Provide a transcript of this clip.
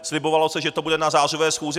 Slibovalo se, že to bude na zářijové schůzi.